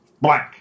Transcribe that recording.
blank